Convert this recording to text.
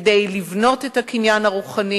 כדי לבנות את הקניין הרוחני,